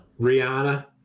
Rihanna